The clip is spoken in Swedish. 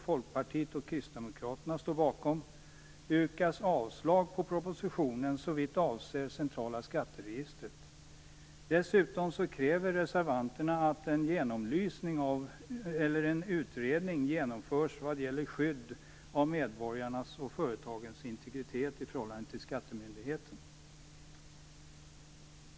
Folkpartiet och Kristdemokraterna står bakom, yrkas avslag på propositionen såvitt avser det centrala skatteregistret. Dessutom kräver reservanterna att en genomlysning eller utredning genomförs vad gäller skydd av medborgarnas och företagens integritet i förhållande till skattemyndigheten.